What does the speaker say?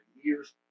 years